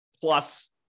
plus